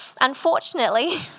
Unfortunately